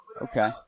Okay